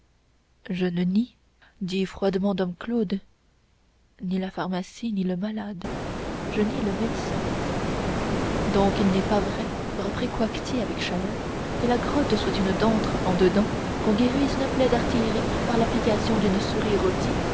je ne nie dit froidement dom claude ni la pharmacie ni le malade je nie le médecin donc il n'est pas vrai reprit coictier avec chaleur que la goutte soit une dartre en dedans qu'on guérisse une plaie d'artillerie par l'application d'une souris rôtie